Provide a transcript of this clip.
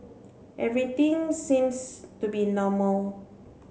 everything seems to be normal